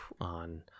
on